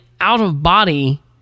out-of-body